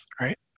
right